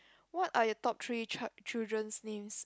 what are your top three child children's names